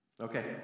Okay